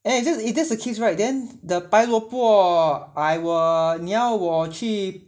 and if tha~ if that the case right then the 白萝卜 I err 你要我去